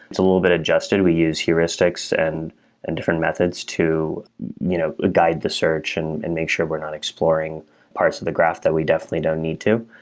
it's a little bit adjusted. we use heuristics and and different methods to you know ah guide the search and and make sure we're not exploring parts of the graph that we definitely don't need to,